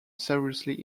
seriously